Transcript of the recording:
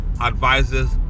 advisors